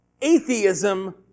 atheism